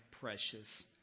precious